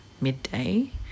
midday